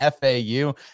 FAU